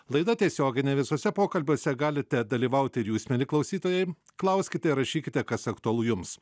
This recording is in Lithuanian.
laida tiesioginė visuose pokalbiuose galite dalyvauti ir jūs mieli klausytojai klauskite rašykite kas aktualu jums